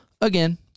again